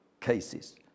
cases